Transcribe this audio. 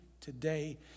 today